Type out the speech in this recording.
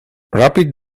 rapid